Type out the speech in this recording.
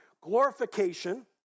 glorification